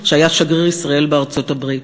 שהיה שגריר ישראל בארצות-הברית